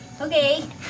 Okay